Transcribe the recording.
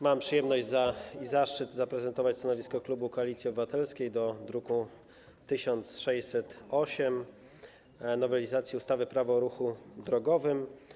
Mam przyjemność i zaszczyt zaprezentować stanowisko klubu Koalicji Obywatelskiej odnośnie do druku nr 1608, nowelizacji ustawy - Prawo o ruchu drogowym.